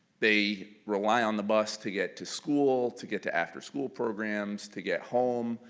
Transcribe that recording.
they rely on the bus to get to school, to get to after-school programs, to get home,